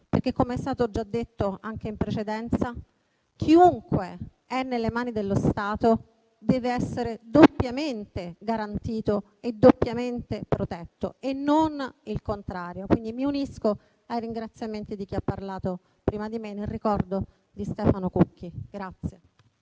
Come è stato già detto in precedenza, chiunque è nelle mani dello Stato deve essere doppiamente garantito e doppiamente protetto, e non il contrario. Mi unisco, quindi, ai ringraziamenti di chi ha parlato prima di me nel ricordo di Stefano Cucchi.